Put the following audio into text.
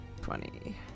twenty